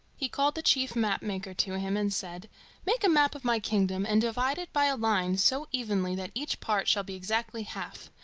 he called the chief map-maker to him, and said make a map of my kingdom and divide it by a line so evenly that each part shall be exactly half.